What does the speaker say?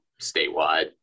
statewide